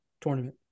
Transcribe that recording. tournament